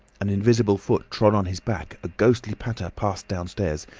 an invisible foot trod on his back, a ghostly patter passed downstairs,